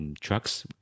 trucks